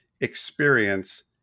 experience